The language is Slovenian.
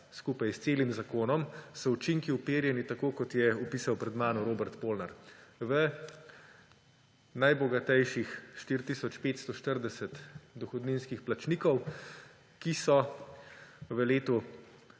skupaj s celim zakonom učinki uperjeni, tako kot je opisal pred mano Robert Polnar, v najbogatejših 4 tisoč 540 dohodninskih plačnikov, ki so si v letu